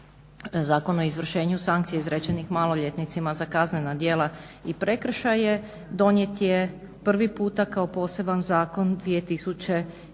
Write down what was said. Zakon o izvršenju sankcija izrečenih maloljetnicima za kaznena djela i prekršaje donijet je prvi puta kao poseban zakon 2009.